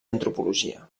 antropologia